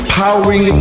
powering